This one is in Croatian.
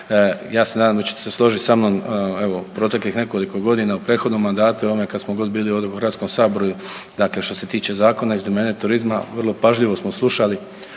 ja se nadam da ćete se složiti sa mnom evo u proteklih nekoliko godina, u prethodnom mandatu i ovome kad smo god bili u Hrvatskom saboru i dakle što se tiče zakona iz domene turizma vrlo pažljivo smo slušali